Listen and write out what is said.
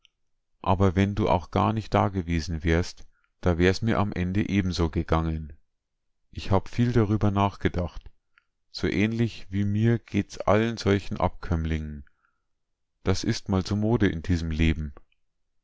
aber wenn du auch gar nicht dagewesen wärst da wär's mir am ende ebenso gegangen ich hab viel darüber nachgedacht so ähnlich wie mir geht's allen solchen abkömmlingen das is mal so mode in diesem leben